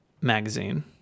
magazine